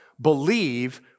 believe